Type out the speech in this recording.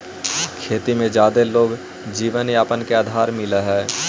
खेती में जादे लोगो के जीवनयापन के आधार मिलऽ हई